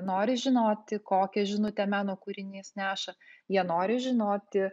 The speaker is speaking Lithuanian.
nori žinoti kokią žinutę meno kūrinys neša jie nori žinoti